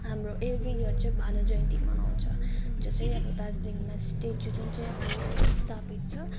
हाम्रो every year चाहिँ भानु जयन्ती मनाउँछ जो चाहिँ दार्जिलिङमा स्ट्याचु जुन चाहिँ अब स्थापित छ